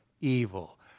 evil